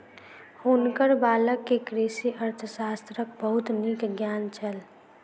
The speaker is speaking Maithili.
हुनकर बालक के कृषि अर्थशास्त्रक बहुत नीक ज्ञान छल